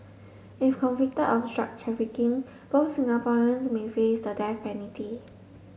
if convicted of drug trafficking both Singaporeans may face the death penalty